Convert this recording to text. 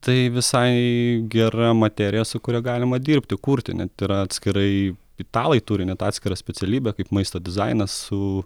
tai visai gera materija su kuria galima dirbti kurti net yra atskirai italai turi net atskirą specialybę kaip maisto dizainas su